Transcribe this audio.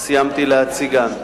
סיימתי להציגן.